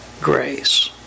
grace